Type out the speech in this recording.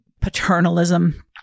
paternalism